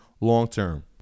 long-term